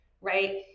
right